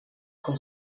her